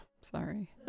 Sorry